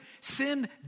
sin